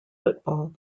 football